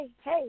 hey